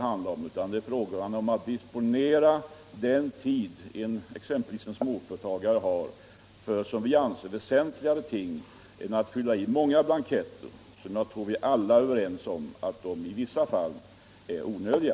Vad saken gäller är att företagarna bör få disponera sin tid för väsentligare ting än att fylla i blanketter som vi är överens om i många fall är onödiga.